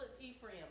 Ephraim